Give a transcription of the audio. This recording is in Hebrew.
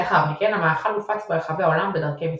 לאחר מכן המאכל הופץ ברחבי העולם בדרכי מסחר.